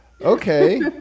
Okay